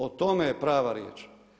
O tome je prava riječ.